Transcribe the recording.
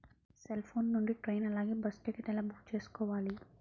Cell phone నుండి train అలాగే bus ticket ఎలా బుక్ చేసుకోవాలి?